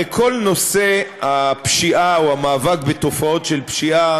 הרי כל נושא הפשיעה או המאבק בתופעות של פשיעה,